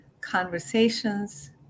conversations